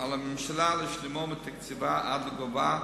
על הממשלה להשלימו מתקציבה עד לגובה